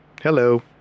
Hello